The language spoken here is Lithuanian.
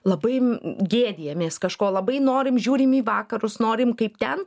labai gėdijamės kažko labai norim žiūrim į vakarus norim kaip ten